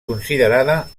considerada